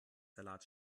salat